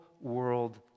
world